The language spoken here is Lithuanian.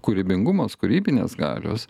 kūrybingumas kūrybinės galios